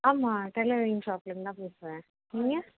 ஆமாம் டைலரிங் ஷாப்லேருந்துதான் பேசுகிறேன் நீங்கள்